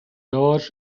george’s